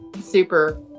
super